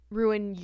ruin